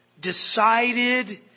decided